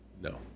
No